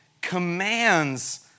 commands